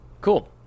cool